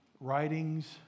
writings